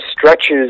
stretches